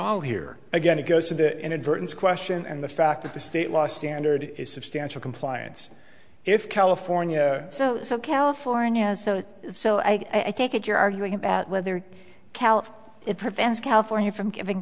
all here again it goes to the inadvertence question and the fact that the state law standard is substantial compliance if california so so california is so so i think if you're arguing about whether it prevents california from giving